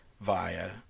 via